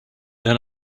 then